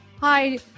Hi